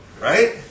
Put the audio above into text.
right